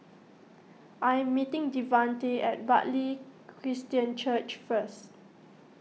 I am meeting Devante at Bartley Christian Church first